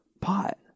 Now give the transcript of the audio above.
pot